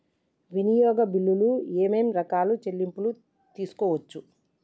వినియోగ బిల్లులు ఏమేం రకాల చెల్లింపులు తీసుకోవచ్చు?